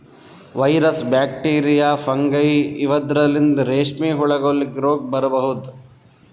virus, bacteria, fungi ಇವದ್ರಲಿಂತ್ ರೇಶ್ಮಿ ಹುಳಗೋಲಿಗ್ ರೋಗ್ ಬರಬಹುದ್